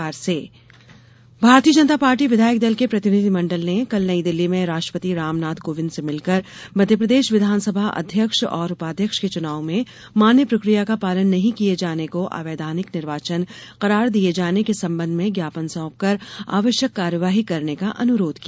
राष्ट्रपति ज्ञापन भारतीय जनता पार्टी विधायक दल के प्रतिनिधिमंडल ने कल नईदिल्ली में राष्ट्रपति रामनाथ कोविन्द से मिलकर मध्यप्रदेश विधानसभा अध्यक्ष और उपाध्यक्ष के चुनाव में मान्य प्रक्रिया का पालन नहीं किए जाने को अवैधानिक निर्वाचन करार दिए जाने के संबंध में ज्ञापन सौंपकर आवश्यक कार्यवाही करने का अनुरोध किया